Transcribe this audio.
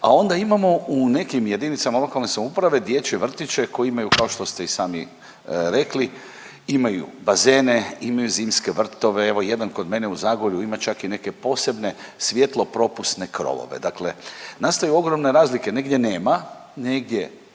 a onda imamo u nekim jedinicama lokalne samouprave dječje vrtiće koji imaju kao što ste i sami rekli, imaju bazene, imaju zimske vrtove. Evo jedan kod mene u Zagorju ima čak i neke posebne svjetlopropusne krovove. Dakle, nastaju ogromne razlike. Negdje nema, negdje